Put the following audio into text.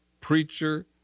preacher